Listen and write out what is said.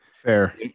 fair